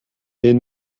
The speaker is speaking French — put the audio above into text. est